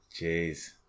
Jeez